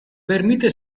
permite